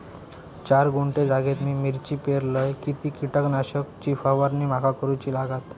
चार गुंठे जागेत मी मिरची पेरलय किती कीटक नाशक ची फवारणी माका करूची लागात?